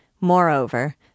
Moreover